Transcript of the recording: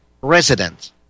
resident